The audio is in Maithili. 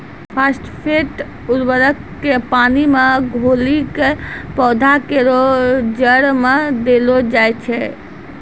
फास्फेट उर्वरक क पानी मे घोली कॅ पौधा केरो जड़ में देलो जाय छै